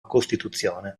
costituzione